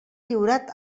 lliurat